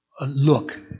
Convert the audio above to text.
look